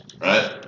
right